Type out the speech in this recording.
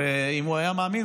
ואם הוא היה מאמין,